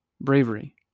bravery